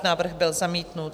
Návrh byl zamítnut.